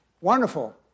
Wonderful